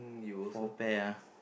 four pair ah